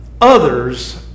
Others